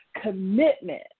commitment